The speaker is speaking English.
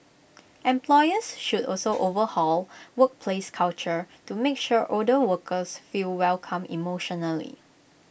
employers should also overhaul workplace culture to make sure older workers feel welcome emotionally